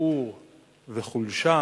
וערעור וחולשה,